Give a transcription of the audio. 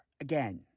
again